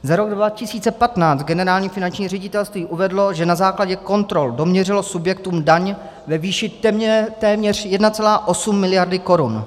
Za rok 2015 Generální finanční ředitelství uvedlo, že na základě kontrol doměřilo subjektům daň ve výši téměř 1,8 miliardy korun.